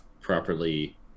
properly